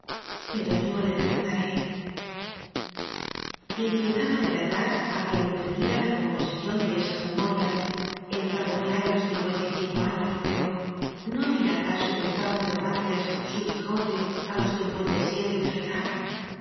pero yo le desnudaré inquietábale la edad a qqe emprendía la composición de esas memorias entrado ya en los cincuenta y cinco años pero no había acaso empezado cervantes su quijote a los cincuenta y siete de su edad